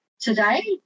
today